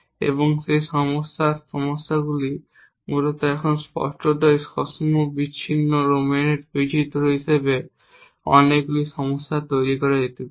এবং সেই সমস্যার সমাধানগুলি মূলত এখন স্পষ্টতই সসীম বিচ্ছিন্ন ডোমেনের বৈচিত্র্য হিসাবে অনেকগুলি সমস্যা তৈরি করা যেতে পারে